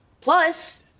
Plus